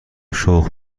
شخم